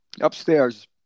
Upstairs